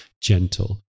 gentle